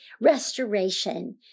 Restoration